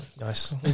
Nice